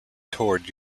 toured